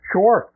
Sure